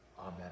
Amen